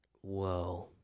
whoa